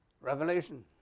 Revelation